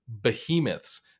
behemoths